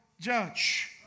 judge